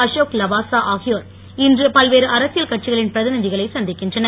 அசோக் லவாசா ஆகியோர் இன்று பல்வேறு அரசியல் கட்சிகளின் பிரதிநிதகளை சந்திக்கின்றனர்